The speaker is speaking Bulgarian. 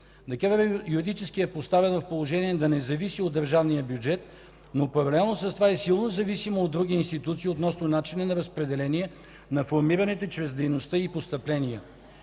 юридически е поставена в положение да не зависи от държавния бюджет, но паралелно с това е силно зависима от други институции относно начина на разпределение на формирането чрез дейността й постъпления.